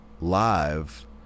live